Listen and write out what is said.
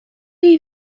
chi